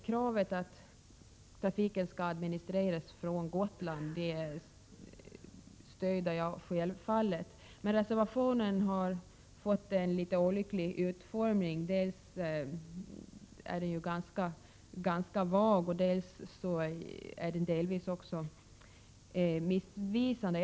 Kravet på att trafiken skall administreras från Gotland stöder jag självfallet. Men reservationen har fått en olycklig utformning. Dels är den ganska vag, dels är den också delvis missvisande.